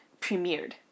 premiered